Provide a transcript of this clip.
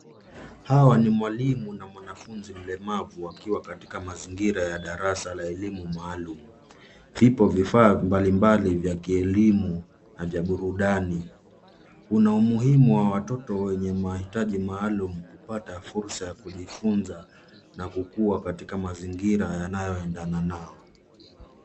Hawa ni mwalimu na mwanafuzi mlemavu wakiwa katika mazingira ya darasa la elimu maalum. Vipo vifaa mbalimbali vya kielimu na vya burudani. Kuna umuhimu wa watoto wenye mahitaji maalum kupata fursa ya kujifuza na kukua katika mazingira yanayoendana nao.